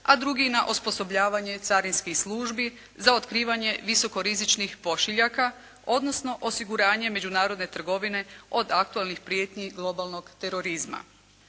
a drugi na osposobljavanje carinskih službi za otkrivanje visoko rizičnih pošiljaka, odnosno osiguranje međunarodne trgovine od aktualnih prijetnji globalnog terorizma.